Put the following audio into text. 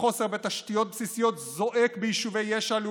החוסר בתשתיות בסיסיות ביישובי יש"ע זועק